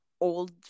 old